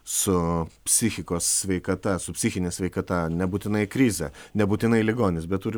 su psichikos sveikata su psichine sveikata nebūtinai krizė nebūtinai ligonis bet turi